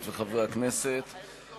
הכנסת,